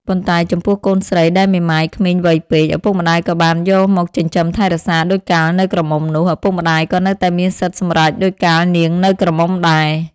ប៉ុន្តែចំពោះកូនស្រីដែលមេម៉ាយក្មេងវ័យពេក ឪពុកម្ដាយក៏បានយកមកចិញ្ចឹមថែរក្សាដូចកាលនៅក្រមុំនោះ ឪពុកម្ដាយក៏នៅតែមានសិទ្ធិសម្រេចដូចកាលនាងនៅក្រមុំដែរ ។